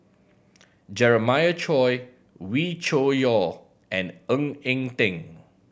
Jeremiah Choy Wee Cho Yaw and Ng Eng Teng